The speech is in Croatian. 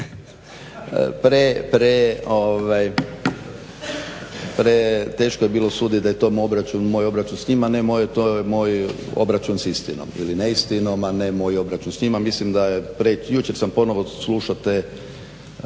Preteško je bilo sudit da je to moj obračun sa njima. Ne moj, to je moj obračun sa istinom ili neistinom, a ne moj obračun s njima. Mislim da je, jučer sam ponovo slušao te